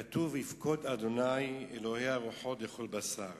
כתוב: יפקוד ה' אלוהי הרוחות לכל בשר